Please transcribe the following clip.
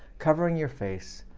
covering your face,